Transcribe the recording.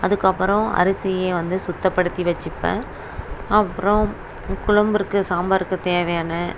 அதுக்கப்புறம் அரிசியை வந்து சுத்தப்படுத்தி வச்சுப்பேன் அப்புறம் குழம்புக்கு சாம்பாருக்கு தேவையான